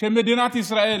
שמדינת ישראל